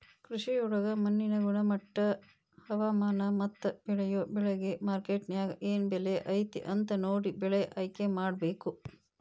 ಕೃಷಿಯೊಳಗ ಮಣ್ಣಿನ ಗುಣಮಟ್ಟ, ಹವಾಮಾನ, ಮತ್ತ ಬೇಳಿಯೊ ಬೆಳಿಗೆ ಮಾರ್ಕೆಟ್ನ್ಯಾಗ ಏನ್ ಬೆಲೆ ಐತಿ ಅಂತ ನೋಡಿ ಬೆಳೆ ಆಯ್ಕೆಮಾಡಬೇಕು